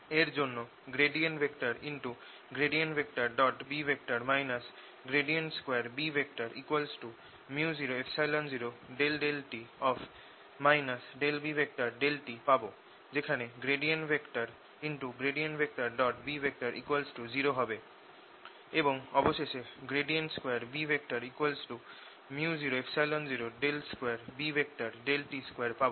এর জন্য B 2B µ00∂t B∂t পাবো যেখানে B0 হবে এবং অবশেষে 2B µ002Bt2 পাবো